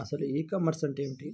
అసలు e commerce అంటే ఏమిటి?